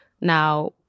Now